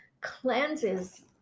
cleanses